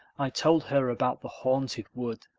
i told her about the haunted wood,